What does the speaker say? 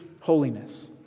holiness